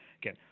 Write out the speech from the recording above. Again